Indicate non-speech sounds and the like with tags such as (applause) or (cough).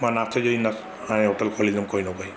मां नाश्ते जो (unintelligible) हाणे होटल खोलिंदुमि कोई न कोई